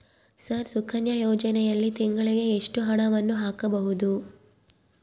Sir Sukanya ಯೋಜನೆಯಲ್ಲಿ ತಿಂಗಳಿಗೆ ಎಷ್ಟು ಹಣವನ್ನು ಹಾಕಬಹುದು?